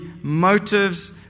motives